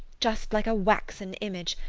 just like a waxen image,